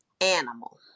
animal